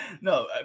no